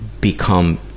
become